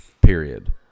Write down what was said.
Period